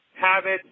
habits